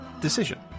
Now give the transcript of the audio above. decision